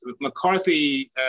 McCarthy